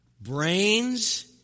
Brains